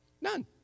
None